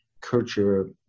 culture